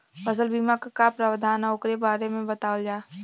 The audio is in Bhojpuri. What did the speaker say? फसल बीमा क का प्रावधान हैं वोकरे बारे में बतावल जा?